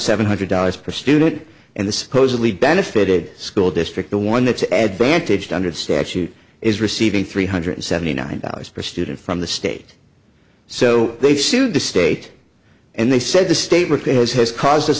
seven hundred dollars per student and the supposedly benefited school district the one that's advantaged under the statute is receiving three hundred seventy nine dollars per student from the state so they sued the state and they said the state record has caused us